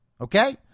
Okay